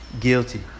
guilty